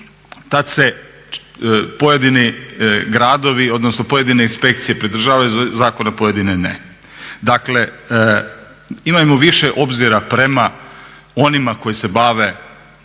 tad se pojedini gradovi odnosno pojedine inspekcije pridržavaju zakona, pojedini ne. Dakle imajmo više obzira prema onima koji se bave